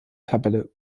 tabelle